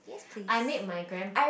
I made my grand